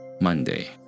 Monday